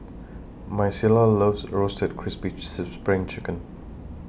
Micaela loves Roasted Crispy SPRING Chicken